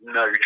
no